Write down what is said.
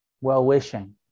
well-wishing